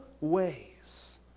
ways